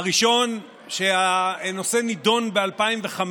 הראשון, שהנושא נדון ב-2005